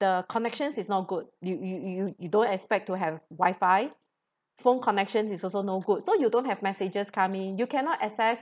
the connections is not good you you you don't expect to have wifi phone connection is also not good so you don't have messages come in you cannot access